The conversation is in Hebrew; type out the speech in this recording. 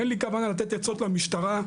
אין לי כוונה לתת עצות למשטרה.